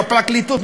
או הפרקליטות,